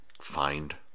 find